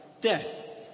death